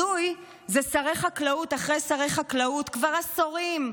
הזוי זה שרי חקלאות אחרי שרי חקלאות כבר עשורים,